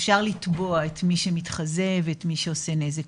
אפשר לתבוע את מי שמתחזה ואת מי שעושה נזק.